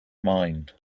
mind